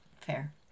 Fair